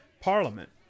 parliament